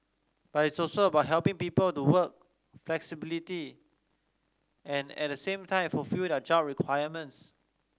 but it's also about helping people to work flexibly and at the same time fulfil their job requirements